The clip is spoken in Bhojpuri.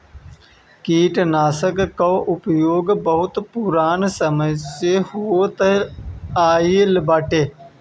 कीटनाशकन कअ उपयोग बहुत पुरान समय से होत आइल बाटे